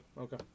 Okay